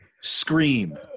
scream